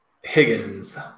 Higgins